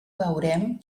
veurem